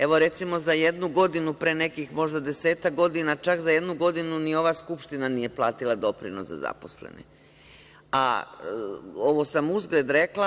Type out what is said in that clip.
Evo, recimo za jednu godinu pre nekih možda desetak godina, čak za jednu godinu ni ova Skupština nije platila doprinos za zaposlene, a ovo sam uzgred rekla.